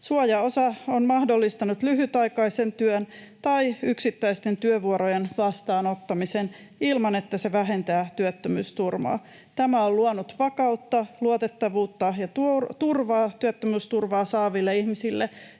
Suojaosa on mahdollistanut lyhytaikaisen työn tai yksittäisten työvuorojen vastaanottamisen, ilman että se vähentää työttömyysturvaa. Tämä on luonut vakautta, luotettavuutta ja turvaa työttömyysturvaa saaville ihmisille